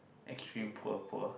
extreme poor poor